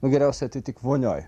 nu geriausia tai tik vonioj